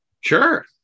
sure